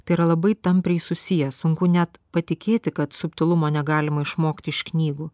tai yra labai tampriai susiję sunku net patikėti kad subtilumo negalima išmokti iš knygų